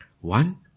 one